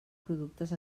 productes